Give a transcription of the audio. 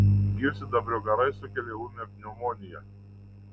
gyvsidabrio garai sukelia ūmią pneumoniją